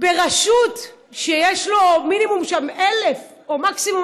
ברשות שיש לו שם מינימום 1,000, או מקסימום,